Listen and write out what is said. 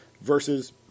Versus